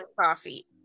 coffee